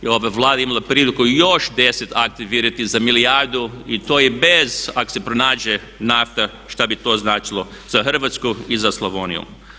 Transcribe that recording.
Ova je Vlada imala priliku još 10 aktivirati za milijardu i to je bez ako se pronađe nafta što bi to značilo za Hrvatsku i za Slavoniju.